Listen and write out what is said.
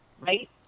right